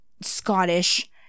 Scottish